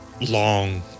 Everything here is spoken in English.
long